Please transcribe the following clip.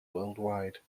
worldwide